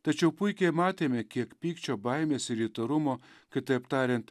tačiau puikiai matėme kiek pykčio baimės ir įtarumo kitaip tariant